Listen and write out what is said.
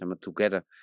together